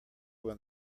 when